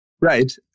Right